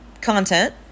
content